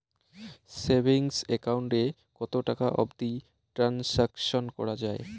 Savings account এ কতো টাকা অবধি ট্রানসাকশান করা য়ায়?